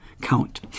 count